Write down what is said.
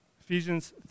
Ephesians